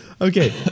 Okay